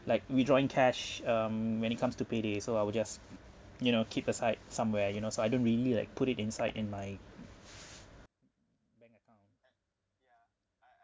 like withdrawing cash um when it comes to pay day so I will just you know keep aside somewhere you know so I don't really like put it inside in my bank account yeah right